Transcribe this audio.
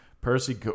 Percy